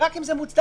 ורק אם זה מוצדק,